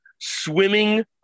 swimming